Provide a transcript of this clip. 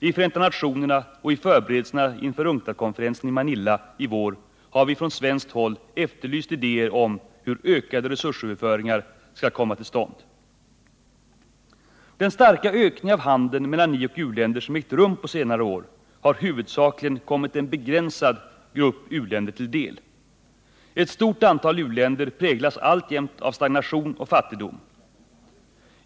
I FN och i förberedelserna inför UNCTAD konferensen i Manila i vår har vi från svenskt håll efterlyst idéer om hur ökade resursöverföringar skall komma till stånd. Den starka ökning av handeln mellan ioch u-länder som ägt rum på senare år har huvudsakligen kommit en begränsad grupp u-länder till del. Ett stort antal u-länder präglas alltjämt av stagnation och fattigdom.